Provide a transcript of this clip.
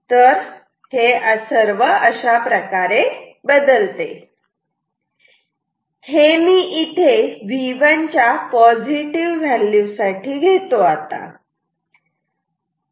तर हे अशा प्रकारे बदलते हे मी इथे V1 च्या पॉझिटिव व्हॅल्यू साठी घेतो